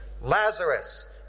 Lazarus